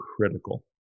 critical